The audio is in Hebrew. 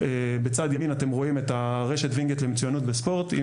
רשת וינגייט למצויינות וספורט.